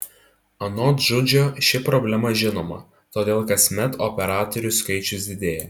anot žudžio ši problema žinoma todėl kasmet operatorių skaičius didėja